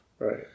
Right